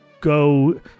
go